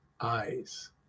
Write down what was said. eyes